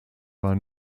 war